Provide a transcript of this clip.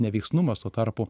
neveiksnumas tuo tarpu